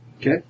Okay